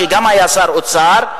שהיה גם שר אוצר,